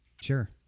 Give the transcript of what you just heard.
Sure